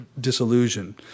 disillusion